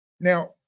Now